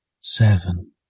Seven